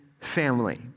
family